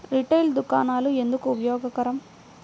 Retail దుకాణాలు ఎందుకు ఉపయోగకరం?